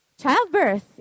Childbirth